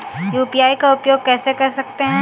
UPI का उपयोग कैसे कर सकते हैं?